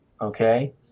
okay